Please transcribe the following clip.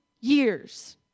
years